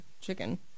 chicken